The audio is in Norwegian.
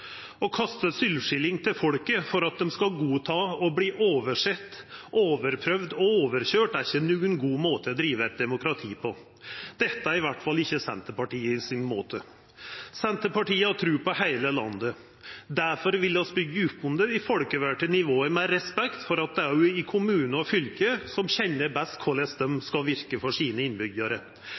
kasta sylvskilling til folket for at dei skal godta å verta oversett, overprøvde og overkøyrde, er ikkje nokon god måte å driva eit demokrati på. Dette er i alle fall ikkje Senterpartiets måte å gjera det på. Senterpartiet har tru på heile landet, difor vil vi byggja opp om dei folkevalde nivåa med respekt for at det er i kommunar og fylke ein kjenner best korleis ein skal verka for innbyggjarane sine.